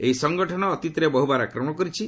ଏହି ସଙ୍ଗଠନ ଅତୀତରେ ବହୁବାର ଆକ୍ରମଣ କରିଛି